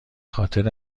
خاطر